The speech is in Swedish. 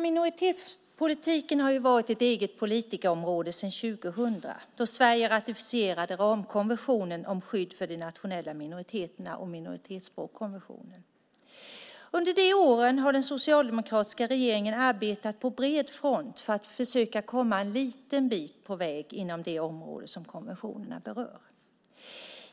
Minoritetspolitiken har varit ett eget politikområde sedan år 2000, då Sverige ratificerade ramkonventionen om skydd för de nationella minoriteterna och minoritetsspråkskonventionen. Under de åren har den socialdemokratiska regeringen arbetat på bred front för att försöka komma en liten bit på väg inom det område som konventionerna berör.